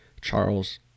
Charles